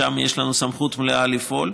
ושם יש לנו סמכות מלאה לפעול.